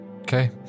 Okay